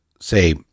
say